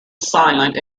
silent